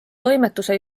toimetuse